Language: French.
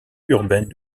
urbaine